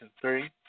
three